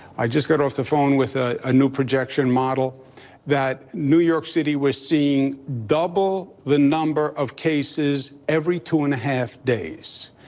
i just got off the phone with a ah new projection model that new york city was seeing double the number of cases every two and a half days.